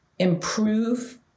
improve